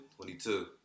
22